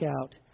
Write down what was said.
out